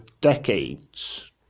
decades